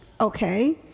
Okay